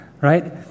Right